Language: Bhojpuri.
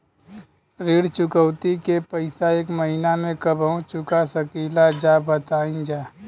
ऋण चुकौती के पैसा एक महिना मे कबहू चुका सकीला जा बताईन जा?